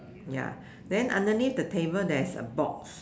ya then underneath the table there is a box